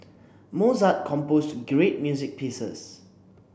Mozart composed great music pieces